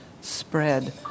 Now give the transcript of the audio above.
spread